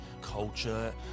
culture